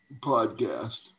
podcast